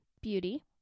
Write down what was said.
beauty